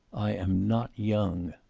i am not young.